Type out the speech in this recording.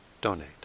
donate